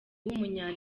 w’umunya